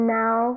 now